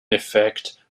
effect